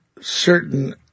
certain